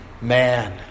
man